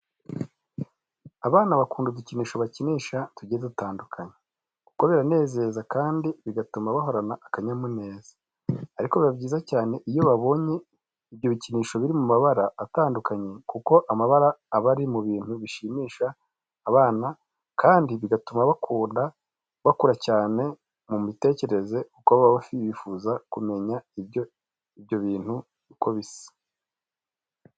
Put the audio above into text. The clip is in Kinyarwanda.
Abana bakunda udukinisho bakinisha tugiye dutandukanye, kuko birabanezeza kandi bigatuma bahorana akanyamuneza. Ariko biba byiza cyane iyo babonye ibyo bikinisho biri mu mabara atandukanye kuko amabara aba ari mu bintu bishimisha abana kandi bigatuma bakura cyane mu mitekerereze kuko baba bjfuza kumenya ibyo bintu uko bisa.